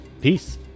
Peace